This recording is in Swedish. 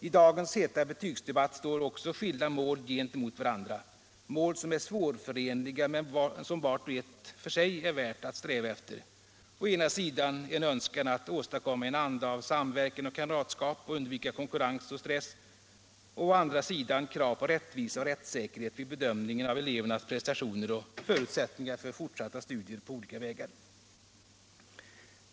I dagens heta betygsdebatt står också skilda mål gentemot varandra, mål som är svårförenliga men som vart och ett för sig är värt att sträva efter: å ena sidan en önskan att åstadkomma en anda av samverkan och kamratskap och undvika konkurrens och stress och å andra sidan krav på rättvisa och rättssäkerhet vid bedömningen av elevernas prestationer och förutsättningar för fortsatta studier på olika vägar.